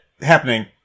happening